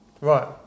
Right